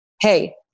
hey